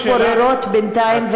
אבל חביות מתפוררות בינתיים,